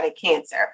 cancer